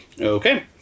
Okay